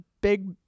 big